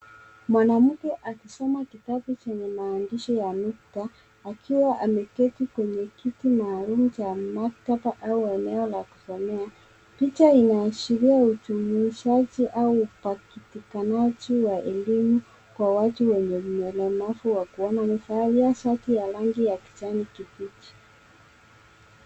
Mwanamke akisoma kitabu chenye maandishi ya nukta, akiwa ameketi kwenye kiti maalum cha maktaba au eneo la kusomea. Picha inaashiria ujumuishaji au upatikanaji wa elimu kwa watu wenye ulemavu wa kuona amevalia shati ya rangi ya kijani kibichi.